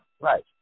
Right